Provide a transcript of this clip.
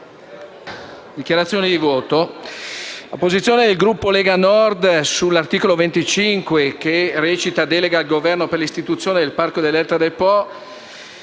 dichiarazione di voto.